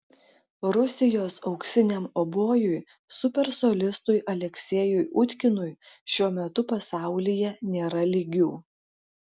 rusijos auksiniam obojui super solistui aleksejui utkinui šiuo metu pasaulyje nėra lygių